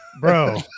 Bro